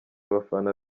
abafana